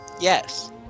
Yes